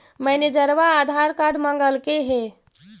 मैनेजरवा आधार कार्ड मगलके हे?